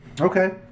Okay